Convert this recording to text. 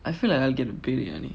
I feel like I'll get a biryani